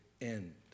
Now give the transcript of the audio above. end